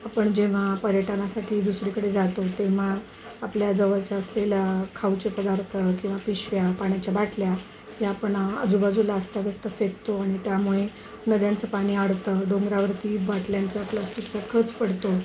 आपण जेव्हा पर्यटनासाठी दुसरीकडे जातो तेव्हा आपल्या जवळच्या असलेल्या खाऊचे पदार्थ किंवा पिशव्या पाण्याच्या बाटल्या या आपण आजूबाजूला अस्ताव्यस्त फेकतो आणि त्यामुळे नद्यांचं पाणी अडतं डोंगरावरती बाटल्यांचा प्लास्टिकचा खच पडतो